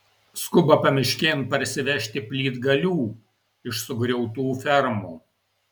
skuba pamiškėn parsivežti plytgalių iš sugriautų fermų